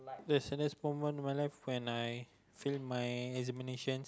there's a this moment of my life when I failed my examination